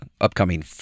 upcoming